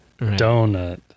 donut